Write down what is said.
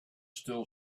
still